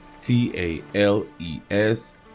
T-A-L-E-S